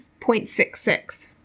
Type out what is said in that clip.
$0.66